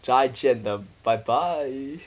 judge at the bye bye